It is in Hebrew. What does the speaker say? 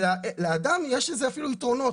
ולאדם יש אפילו יתרונות.